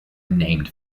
named